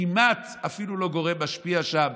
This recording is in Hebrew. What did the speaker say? וכמעט אפילו לא גורם משפיע שם,